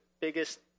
biggest